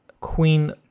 Queen